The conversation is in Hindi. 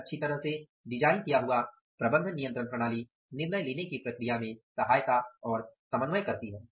एक अच्छी तरह से डिजाइन किया हुआ प्रबंधन नियंत्रण प्रणाली निर्णय लेने की प्रक्रिया में सहायता और समन्वय करती है